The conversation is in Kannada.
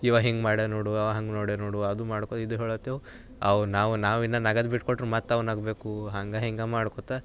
ಇವ ಹಿಂಗೆ ಮಾಡ್ದ ನೋಡು ಅವ ಹಂಗೆ ಮಾಡ್ದ ನೋಡು ಅದು ಮಾಡ್ಕೋ ಇದು ಹೇಳತ್ತೇವು ಅವು ನಾವು ನಾವಿನ್ನು ನಗೋದು ಬಿಟ್ಕೊಟ್ರು ಮತ್ತೆ ಅವ ನಗಬೇಕು ಹಂಗೆ ಹಿಂಗೆ ಮಾಡ್ಕೋಳ್ತಾ